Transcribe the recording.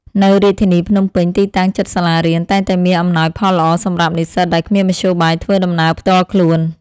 នៅរាជធានីភ្នំពេញ ទីតាំងជិតសាលារៀនតែងតែមានអំណោយផលល្អសម្រាប់និស្សិតដែលគ្មានមធ្យោបាយធ្វើដំណើរផ្ទាល់ខ្លួន។